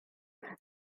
que